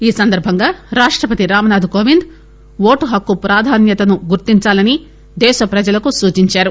ఈ సందర్బంగా రాష్టపతి రామ్ నాధ్ కోవింద్ ఓటు హక్కు ప్రాధాన్యతను గుర్తించాలని దేశ ప్రజలకు సూచించారు